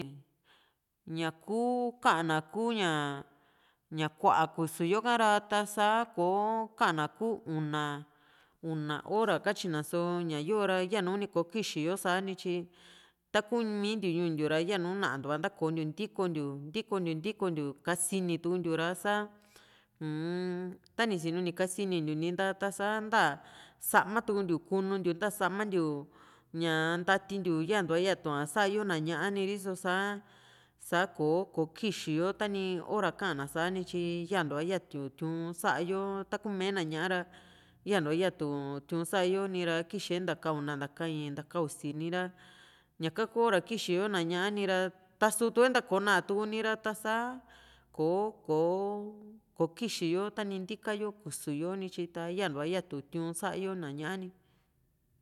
ñaa kuu ka´na ña kua kusuyo ka ra ta saa kò´o ka´na ku una una hora katyina só ñayo ra yanu ni kò´o kixi yosa nityi takumi ntiu ñuu ntiu ra yanu ñaantua ntakontiu ntiko ntiu ntokuntiu ntikontiu kasini tuntiu ra sa uun tani sinu ni kasinintiu ninta ta sa nta samatuku ntiu kunun´tiu nta samantiu ñaa ntatentiun yantuia yatua sa´a yo na ñá´a ni riso sa sa kò´o kokixi yo tani hora ka´na sanityi iyantua yatu tiu´n saayo ta kumee na ñá´a ra yantua yatu tiun sa´yo nira kixe nta ka una nta ka íín ka usi ni ra ñaka kuu hora kixi yo na ñá´a nira ta suutue ntako na´a tu´ni ra ta´sa kò´o kò´o kokixiyo tani ntika yo kusu yo ni tyi ta yantua yatu tiu´n sa´yo na ñá´a ni